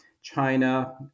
China